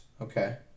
Okay